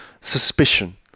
suspicion